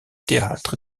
théâtre